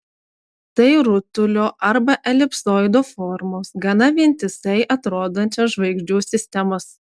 tai rutulio arba elipsoido formos gana vientisai atrodančios žvaigždžių sistemos